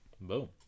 boom